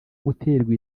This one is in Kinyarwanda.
guterwa